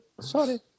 sorry